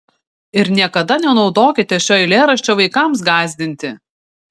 ir niekada nenaudokite šio eilėraščio vaikams gąsdinti